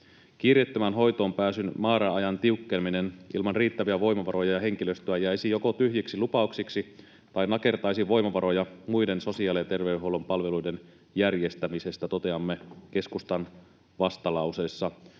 ”Kiireettömän hoitoonpääsyn määräajan tiukkeneminen ilman riittäviä voimavaroja ja henkilöstöä jäisi joko tyhjiksi lupauksiksi tai nakertaisi voimavaroja muiden sosiaali- ja terveydenhuollon palveluiden järjestämisestä”, toteamme keskustan vastalauseessa.